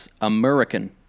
American